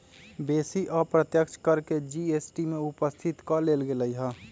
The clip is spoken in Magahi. बेशी अप्रत्यक्ष कर के जी.एस.टी में उपस्थित क लेल गेलइ ह्